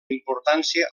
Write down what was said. importància